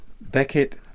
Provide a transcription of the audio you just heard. Beckett